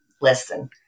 listen